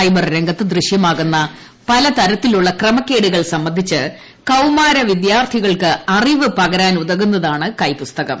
cyber രംഗത്ത് ദൃശ്യമാകുന്ന പല തരത്തിലുള്ള ക്രമക്കേടുകൾ സംബന്ധിച്ച് കൌമാര വിദ്യാർത്ഥികൾക്ക് അറിവ് പകരാൻ ഉതകുന്നതാണ് കൈപ്പുസ്തകം